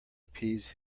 appease